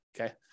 Okay